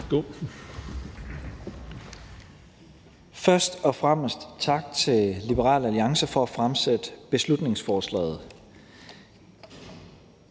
for ordet, og tak til Liberal Alliance for at fremsætte beslutningsforslaget